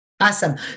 awesome